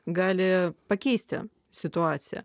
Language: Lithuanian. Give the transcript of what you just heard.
gali pakeisti situaciją